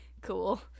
cool